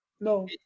no